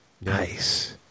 Nice